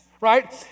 right